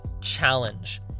challenge